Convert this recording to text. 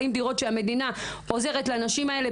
דירות שהמדינה דרכן עוזרת לנשים האלה,